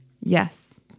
Yes